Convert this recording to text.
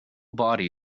body